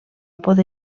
poder